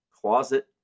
closet